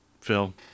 Phil